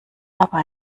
aber